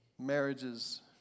Marriages